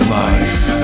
life